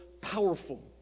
powerful